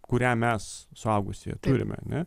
kurią mes suaugusieji turime ane